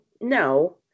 No